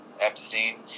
Epstein